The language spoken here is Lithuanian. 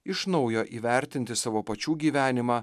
iš naujo įvertinti savo pačių gyvenimą